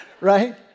right